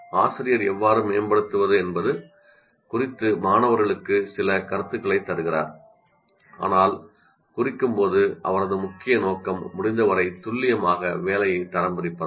ஆசிரியர் எவ்வாறு மேம்படுத்துவது என்பது குறித்து மாணவர்களுக்கு சில கருத்துகளைத் தருகிறார் ஆனால் குறிக்கும் போது அவரது முக்கிய நோக்கம் முடிந்தவரை துல்லியமாக வேலையை தரம் பிரிப்பதாகும்